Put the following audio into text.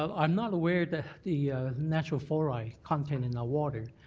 um i'm not aware the the natural fluoride content in the water.